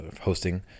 hosting